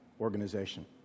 organization